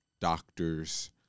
doctors